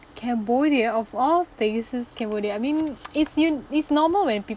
cambodia of all places cambodia I mean it's u~ it's normal when pe~